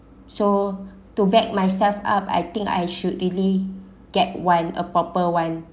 so to back myself up I think I should really get one a proper one